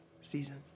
season